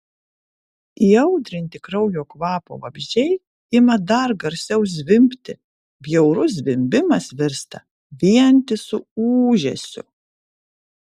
įaudrinti kraujo kvapo vabzdžiai ima dar garsiau zvimbti bjaurus zvimbimas virsta vientisu ūžesiu